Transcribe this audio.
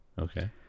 Okay